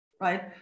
right